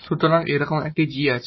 সুতরাং এইরকম একটি g আছে